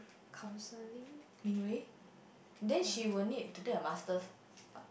counselling